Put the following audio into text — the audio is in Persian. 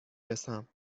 رسم